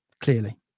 clearly